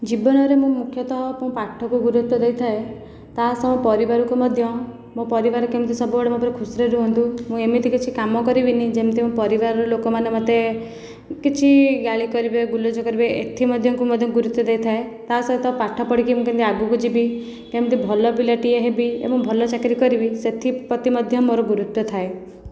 ଜୀବନରେ ମୁଁ ମୁଖ୍ୟତଃ ମୁଁ ପାଠକୁ ଗୁରୁତ୍ଵ ଦେଇଥାଏ ତା' ସହ ପରିବାରକୁ ମଧ୍ୟ ମୋ' ପରିବାର କେମିତି ସବୁବେଳେ ମୋ' ଉପରେ ଖୁସିରେ ରୁହନ୍ତୁ ମୁଁ ଏମିତି କିଛି କାମ କରିବିନି ଯେମିତି ମୋ' ପରିବାରର ଲୋକମାନେ ମୋତେ କିଛି ଗାଳି କରିବେ ଗୁଲଜ କରିବେ ଏଥି ମଧ୍ୟକୁ ମଧ୍ୟ ଗୁରୁତ୍ଵ ଦେଇଥାଏ ତା' ସହିତ ପାଠ ପଢ଼ିକି ମୁଁ କେମିତି ଆଗକୁ ଯିବି କେମିତି ଭଲ ପିଲାଟିଏ ହେବି ଏବଂ ଭଲ ଚାକିରି କରିବି ସେଥିପ୍ରତି ମଧ୍ୟ ମୋ'ର ଗୁରୁତ୍ଵ ଥାଏ